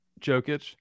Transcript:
Jokic